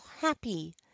happy